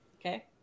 Okay